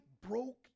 broke